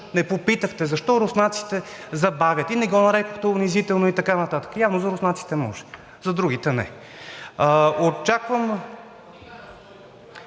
не попитахте защо руснаците забавят, не го нарекохте унизително и така нататък – явно за руснаците може, за другите не. (Реплики